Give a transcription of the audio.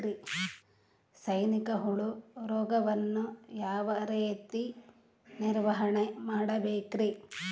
ಸೈನಿಕ ಹುಳು ರೋಗವನ್ನು ಯಾವ ರೇತಿ ನಿರ್ವಹಣೆ ಮಾಡಬೇಕ್ರಿ?